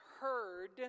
heard